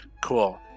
Cool